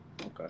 okay